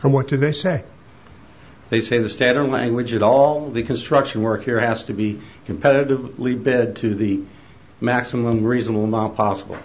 and what do they say they say the standard language all the construction work here has to be competitive leave bed to the maximum reasonable amount possible